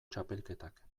txapelketak